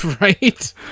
Right